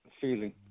feeling